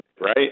right